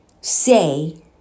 say